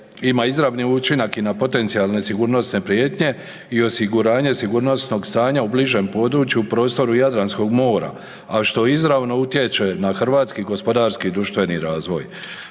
ima izravni učinak i na potencijalne sigurnosne prijetnje i osiguranje sigurnosnog stanja u bližem području u prostoru Jadranskog mora, a što izravno utječe na hrvatski gospodarski društveni razvoj.